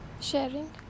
sharing